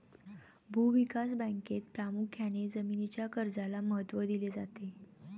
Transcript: भूविकास बँकेत प्रामुख्याने जमीनीच्या कर्जाला महत्त्व दिले जाते